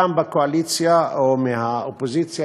מהקואליציה או מהאופוזיציה,